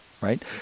right